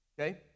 Okay